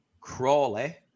Crawley